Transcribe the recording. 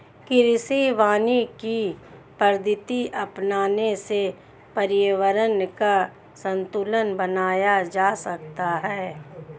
कृषि वानिकी की पद्धति अपनाने से पर्यावरण का संतूलन बनाया जा सकता है